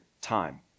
time